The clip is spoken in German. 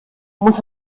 muss